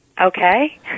Okay